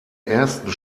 ersten